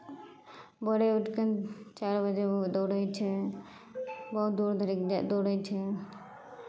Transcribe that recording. भोरे उठि कऽ चारि बजे ओ दौड़ै छै बहुत दूर धरिक दौड़ै छै